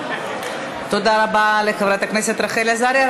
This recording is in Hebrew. תודה רבה לחברת הכנסת רחל עזריה.